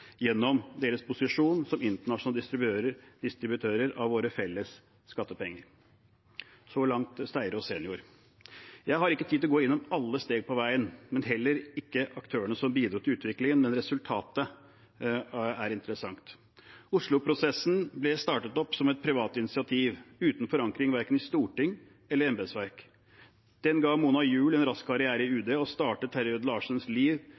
gjennom sin posisjon som internasjonale distributører av våre felles skattepenger. Så langt Steiro senior. Jeg har ikke tid til å gå innom alle steg på veien, heller ikke alle aktørene som bidro til utviklingen, men resultatet er interessant. Oslo-prosessen ble startet opp som et privat initiativ uten forankring verken i storting eller i embetsverk. Den ga Mona Juul en rask karriere i UD og startet Terje Rød-Larsens liv